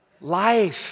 life